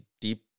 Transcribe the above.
deep